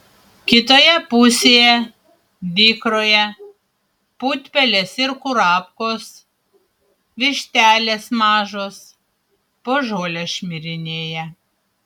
kitoje pusėje dykroje putpelės ir kurapkos vištelės mažos po žolę šmirinėja